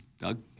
Doug